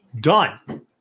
Done